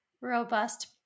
robust